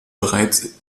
bereits